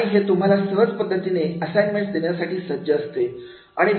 आणि हे तुम्हाला सहज पद्धतीने असाइन्मेंट देण्यासाठी सज्ज असते